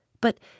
but